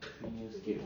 three new skills